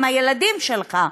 עם הילדים שלך,